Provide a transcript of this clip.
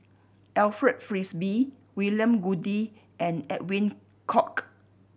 Alfred Frisby William Goode and Edwin Koek